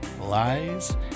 lies